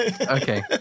okay